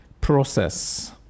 process